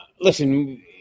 Listen